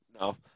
No